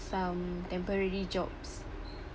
some temporary jobs